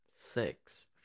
six